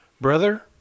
brother